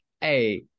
Hey